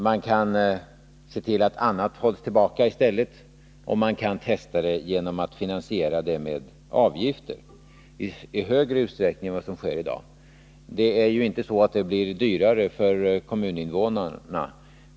Man kan se till att annat hålls tillbaka i stället och man kan testa efterfrågan genom att finansiera med avgifter i större utsträckning än vad som sker i dag; det blir ju inte dyrare för kommuninvånarna.